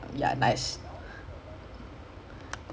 நான் பாக்குறேன் யாரு இருக்கா:naan paakkuraen yaaru irukkaa